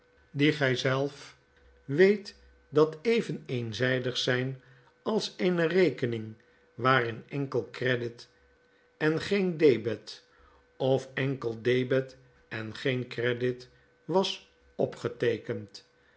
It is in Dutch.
die gij zelf weet dat even eenzijdig zijn als eene rekening waarin enkel credit en geen debet of enkel debet en geen credit was opgeteekend